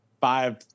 five